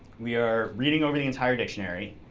we are reading over the entire dictionary,